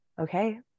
okay